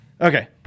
Okay